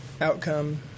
outcome